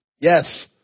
Yes